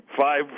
five